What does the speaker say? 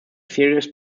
serious